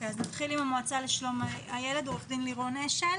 בבקשה, המועצה לשלום הילד, עו"ד לירון אשל.